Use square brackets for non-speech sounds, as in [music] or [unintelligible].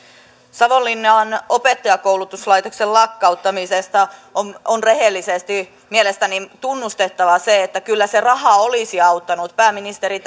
savonlinnan opettajakoulutuslaitoksen lakkauttamisesta on on rehellisesti mielestäni tunnustettava se että kyllä se raha olisi auttanut pääministeri [unintelligible]